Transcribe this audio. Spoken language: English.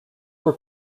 were